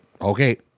okay